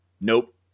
nope